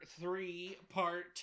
three-part